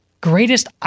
greatest